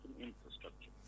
infrastructure